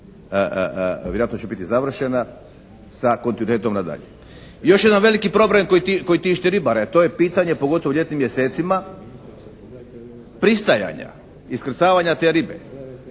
Vjerojatno će biti završena sa kontinentom na dalje. Još jedan veliki problem koji tišti ribare a to je pitanje pogotovo u ljetnim mjesecima pristajanja, iskrcavanja te ribe.